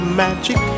magic